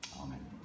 Amen